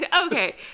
Okay